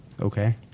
Okay